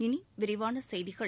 இனி விரிவான செய்திகள்